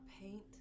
paint